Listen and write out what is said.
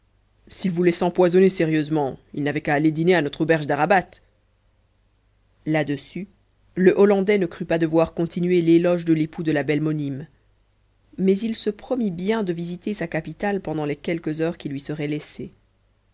s'il voulait s'empoisonner sérieusement il n'avait qu'a aller dîner à notre auberge d'arabat là-dessus le hollandais ne crut pas devoir continuer l'éloge de l'époux de la belle monime mais il se promit bien de visiter sa capitale pendant les quelques heures qui lui seraient laissées